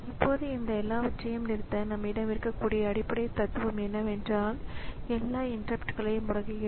எனவே ப்ராஸஸரைப் பொறுத்து கணினி ரீஸெட் ஆகும்போது இந்த ப்ரோக்ராம் கவுண்டரின் மதிப்பு என்ன என்பதை உற்பத்தியாளர்கள் உங்களுக்குத் தெரிவிப்பார்கள்